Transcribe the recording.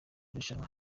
rushanwa